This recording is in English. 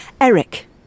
Eric